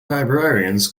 librarians